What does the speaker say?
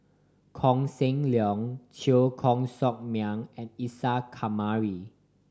Koh Seng Leong Teo Koh Sock Miang and Isa Kamari